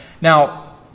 Now